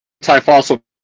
anti-fossil